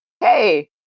Hey